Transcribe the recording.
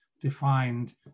defined